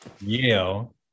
Yale